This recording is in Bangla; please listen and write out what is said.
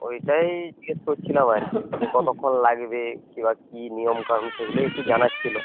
ওইটাই জিজ্ঞেস করছিলাম আর কি যে কতক্ষণ লাগবে কী বা কী নিয়মকানুন সেগুলাই একটু জানার ছিলো